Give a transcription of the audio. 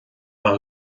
maith